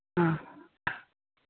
ആ